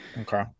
Okay